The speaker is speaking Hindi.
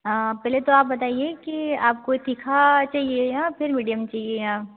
पहले तो आप बताइए कि आपको तीखा चाहिए या फिर मीडियम चाहिए या